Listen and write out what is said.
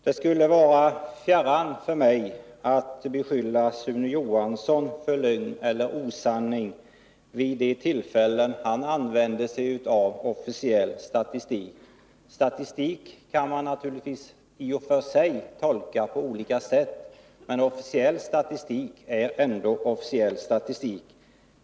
Det skulle vara mig fjärran att beskylla Sune Johansson för lögn och osanning vid de tillfällen då han använder sig av officiell statistik. Statistik kan man naturligtvis i och för sig tolka på olika sätt, men officiell statistik är ändå officiell statistik!